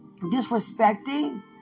disrespecting